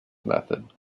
method